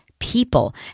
People